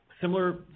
Similar